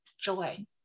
joy